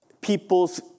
people's